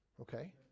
Okay